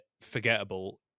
forgettable